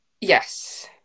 yes